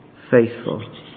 faithful